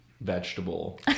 vegetable